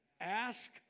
ask